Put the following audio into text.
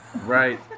Right